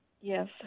Yes